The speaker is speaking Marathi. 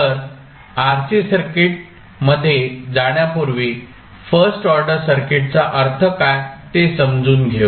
तर RC सर्किटमध्ये जाण्यापूर्वी फर्स्ट ऑर्डर सर्किटचा अर्थ काय ते समजवून घेऊ